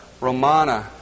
Romana